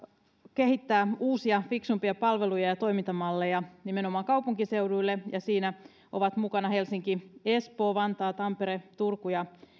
kehittää uusia fiksumpia palveluja ja toimintamalleja nimenomaan kaupunkiseuduille ja siinä ovat mukana helsinki espoo vantaa tampere turku ja